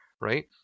right